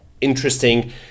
interesting